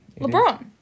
LeBron